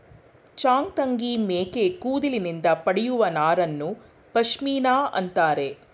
ಚಾಂಗ್ತಂಗಿ ಮೇಕೆ ಕೂದಲಿನಿಂದ ಪಡೆಯುವ ನಾರನ್ನು ಪಶ್ಮಿನಾ ಅಂತರೆ